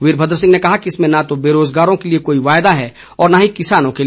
वीरभद्र सिंह ने कहा कि इसमें न तो बेरोजगारों के लिए कोई वायदा है और न ही किसानों के लिए